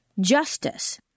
justice